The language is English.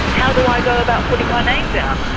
how do i go about putting my name down?